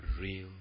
real